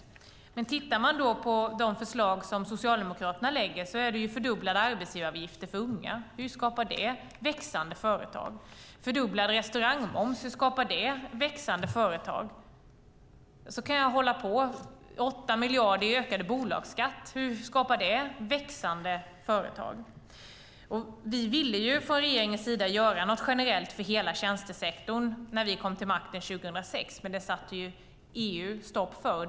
Om vi tittar på Socialdemokraternas förslag handlar det om fördubblade arbetsgivaravgifter för unga. Hur skapar det växande företag? Det handlar om fördubblad restaurangmoms. Hur skapar det växande företag? Så kan jag hålla på. Det handlar om 8 miljarder i ökad bolagsskatt. Hur skapar det växande företag? Vi ville från regeringens sida göra något generellt för hela tjänstesektorn när vi kom till makten 2006, men det satte EU stopp för.